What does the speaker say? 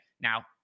Now